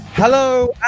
Hello